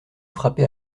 frappé